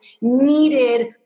needed